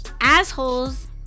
Assholes